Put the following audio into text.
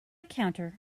counter